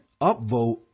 upvote